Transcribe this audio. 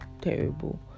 Terrible